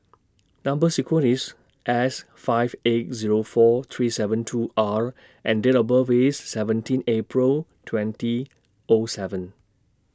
Number sequence IS S five eight Zero four three seven two R and Date of birth IS seventeen April twenty O seven